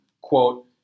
Quote